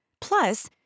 Plus